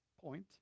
point